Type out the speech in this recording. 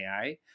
ai